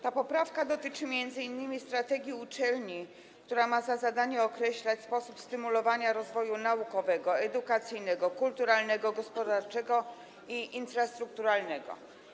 Ta poprawka dotyczy m.in. strategii uczelni, która ma za zadanie określać sposób stymulowania rozwoju naukowego, edukacyjnego, kulturalnego, gospodarczego i infrastrukturalnego.